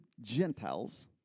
Gentiles